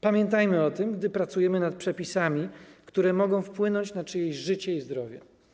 Pamiętajmy o tym, gdy pracujemy nad przepisami, które mogą wpłynąć na czyjeś życie i zdrowie.